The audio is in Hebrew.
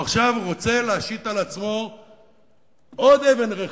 הוא עכשיו רוצה להשית על עצמו עוד אבן רחיים,